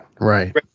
right